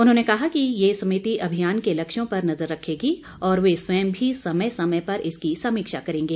उन्होंने कहा कि समिति अभियान के लक्ष्यों पर नजर रखेगी और वह स्वयं भी समय समय पर इसकी समीक्षा करेंगे